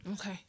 Okay